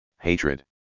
hatred